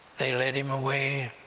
they led him away.